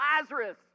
Lazarus